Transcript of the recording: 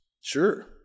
Sure